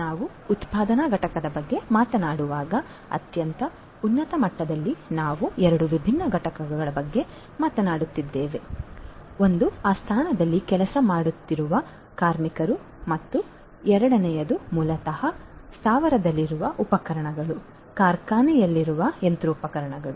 ನಾವು ಉತ್ಪಾದನಾ ಘಟಕದ ಬಗ್ಗೆ ಮಾತನಾಡುವಾಗ ಅತ್ಯಂತ ಉನ್ನತ ಮಟ್ಟದಲ್ಲಿ ನಾವು 2 ವಿಭಿನ್ನ ಘಟಕಗಳ ಬಗ್ಗೆ ಮಾತನಾಡುತ್ತಿದ್ದೇವೆ ಒಬ್ಬರು ಕಾರ್ಮಿಕರು ಆ ಸ್ಥಾವರದಲ್ಲಿ ಕೆಲಸ ಮಾಡುತ್ತಿದ್ದಾರೆ ಮತ್ತು ಎರಡನೆಯದು ಮೂಲತಃ ಸ್ಥಾವರದಲ್ಲಿರುವ ಉಪಕರಣಗಳು ಕಾರ್ಖಾನೆ ಅಲ್ಲಿರುವ ಯಂತ್ರೋಪಕರಣಗಳು